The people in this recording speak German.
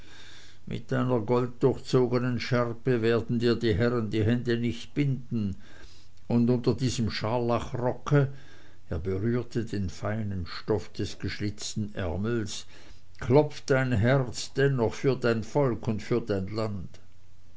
mit deiner golddurchzogenen schärpe werden dir die herren die hände nicht binden und unter diesem scharlachrocke er berührte den feinen stoff des geschlitzten ärmels klopft dein herz dennoch für dein volk und für dein land